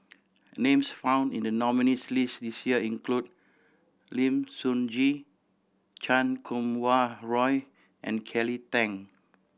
names found in the nominees' list this year include Lim Sun Gee Chan Kum Wah Roy and Kelly Tang